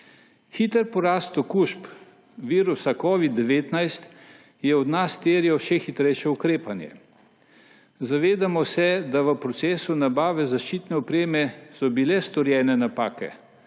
Hiter porast okužb virusa covid-19 je od nas terjal še hitrejše ukrepanje. Zavedamo se, da v procesu nabave zaščitne opreme so bile storjene napake,